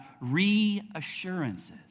reassurances